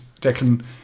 Declan